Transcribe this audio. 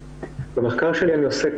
במחקר שלי אני עוסק,